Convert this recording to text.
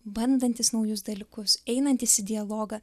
bandantis naujus dalykus einantis į dialogą